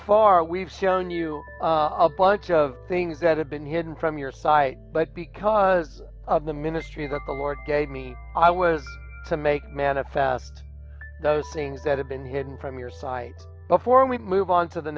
far we've shown you a bunch of things that have been hidden from your sight but because of the ministry that the lord gave me i was to make manifest those things that have been hidden from your sight before we move on to the